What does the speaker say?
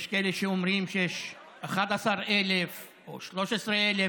יש כאלה שאומרים שיש 11,000 או 13,000